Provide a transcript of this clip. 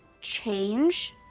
change